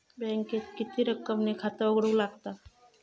बँकेत किती रक्कम ने खाता उघडूक लागता?